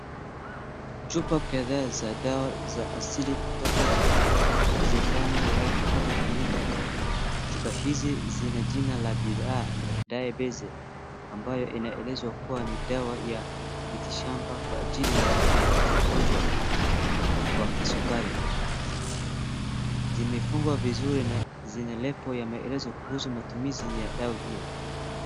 Chupa kadhaa za dawa za asili kutoka Zefania Life Herbal Clinic . Chupa hizi zina jina la bidhaa Diabetes ambayo inaelezwa kuwa ni dawa ya miti shamba kwa ajili ya kudhibiti ugonjwa wa kisukari. Zimefungwa vizuri na zina lebo ya maelezo kuhusu matumizi ya dawa hiyo.